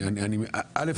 א.